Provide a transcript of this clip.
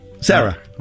Sarah